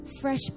fresh